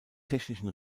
technischen